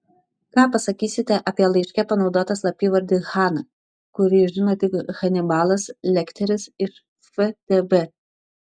ką pasakysite apie laiške panaudotą slapyvardį hana kurį žino tik hanibalas lekteris ir ftb